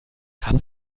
haben